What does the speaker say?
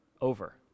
over